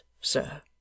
sir